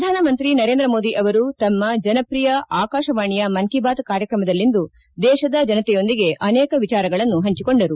ಪ್ರಧಾನಮಂತ್ರಿ ನರೇಂದ್ರ ಮೋದಿ ಅವರು ತಮ್ಮ ಜನಪ್ರಿಯ ಆಕಾಶವಾಣಿಯ ಮನ್ ಕಿ ಬಾತ್ ಕಾರ್ಯಕ್ರಮದಲ್ಲಿಂದು ದೇಶದ ಜನತೆಯೊಂದಿಗೆ ಅನೇಕ ವಿಚಾರಗಳನ್ನು ಹಂಚಿಕೊಂಡರು